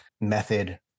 method